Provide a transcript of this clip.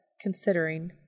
considering